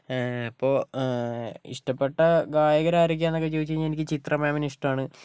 അപ്പോൾ ഇഷ്ട്ടപ്പെട്ട ഗായകരാരൊക്കെയാണെന്നൊക്കെ ചോദിച്ച് കഴിഞ്ഞാൽ എനിക്ക് ചിത്രാമേമിനെ ഇഷ്ട്മാണ്